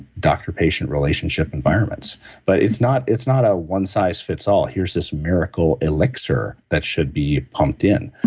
doctor-patient relationship environments but it's not it's not a one size fits all here's this miracle elixir that should be pumped in.